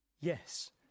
Yes